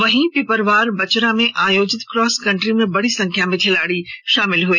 वहीं पिपरवार बचरा में आयोजित क्रॉस कंट्री में बड़ी संख्या में खिलाड़ी शामिल हुए